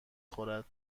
خورد